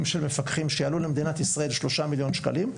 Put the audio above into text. של מפקחים שיעלו למדינת ישראל 3 מיליון שקלים,